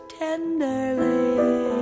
tenderly